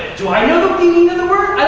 do i know the